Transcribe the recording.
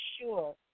sure